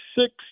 six